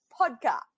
podcast